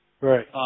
Right